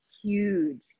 huge